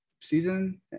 season